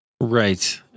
Right